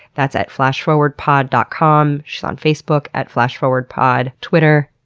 that's at flashforwardpod dot com. she's on facebook at flash forward pod, twitter,